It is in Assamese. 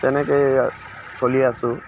তেনেকেই চলি আছো